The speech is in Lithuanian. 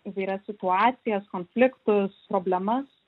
įvairias situacijas konfliktus problemas